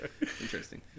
Interesting